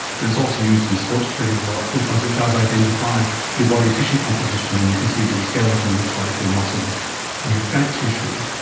but it's also used in sports training a lot because it does identify your body tissue composition and you can see what your skeleton looks like, your muscles and your fat tissue.